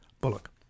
Bullock